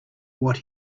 what